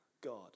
God